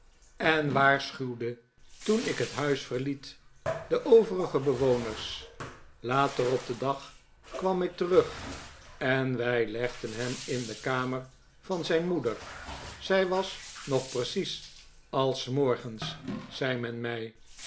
en waarschuwde toen ik het huis verliet de overige bewoners later op den dag kwam ik terug en wij legden hem in de kamer van zijn moeder zij was nog precies als s morgens zei men mij